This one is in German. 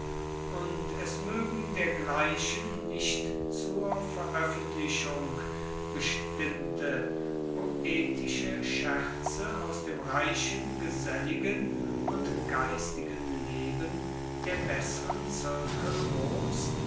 und es mögen dergleichen nicht zur veröffentlichung bestimmte poetische scherze aus dem reichen geselligen und geistigen leben der besseren zirkel roms